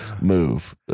move